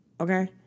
okay